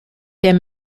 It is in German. der